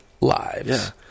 lives